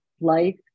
life